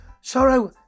Sorrow